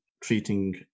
treating